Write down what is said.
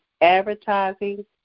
advertising